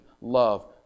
love